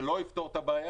זה לא יפתור את הבעיה.